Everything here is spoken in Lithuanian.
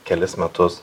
kelis metus